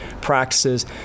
practices